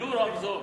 קיבלו רמזור.